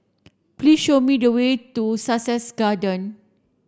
please show me the way to Sussex Garden